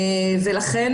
ולכן,